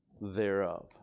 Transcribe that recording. thereof